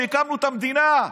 שהקמנו את המדינה.